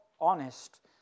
honest